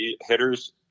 hitters